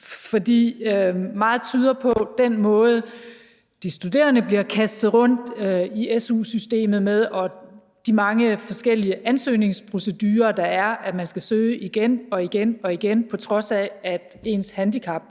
at vi må se på den måde, som de studerende bliver kastet rundt i su-systemet på, i forhold til de mange forskellige ansøgningsprocedurer, der er, hvor man skal ansøge igen og igen, på trods af at ens handicap jo